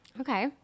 okay